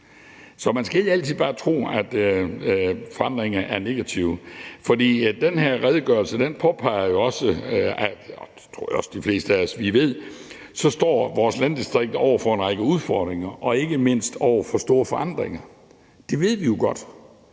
Så man skal ikke altid bare tro, at forandringer er negative. For den her redegørelse påpeger jo også, og det tror jeg også de fleste af os ved, at vores landdistrikter står over for en række udfordringer og ikke mindst over for store forandringer. Det ved vi jo godt,